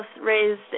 raised